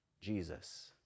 Jesus